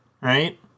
right